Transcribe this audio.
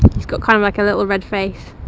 he's got kind of like, a little red face.